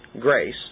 grace